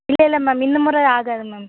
இல்லை இல்லை மேம் இந்த முறை ஆகாது மேம்